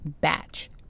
batch